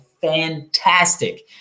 fantastic